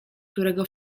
którego